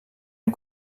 han